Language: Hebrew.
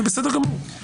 זה בסדר גמור.